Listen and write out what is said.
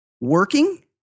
working